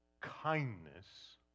kindness